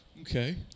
okay